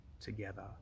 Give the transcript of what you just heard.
together